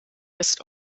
ist